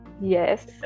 Yes